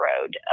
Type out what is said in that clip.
road